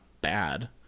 bad